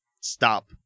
Stop